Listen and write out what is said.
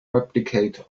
replicate